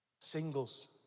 Singles